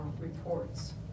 reports